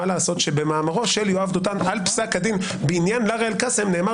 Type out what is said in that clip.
מה לעשות שבמאמרו של יואב דותן על פסק הדין בעניין לארה אל-קאסם נאמר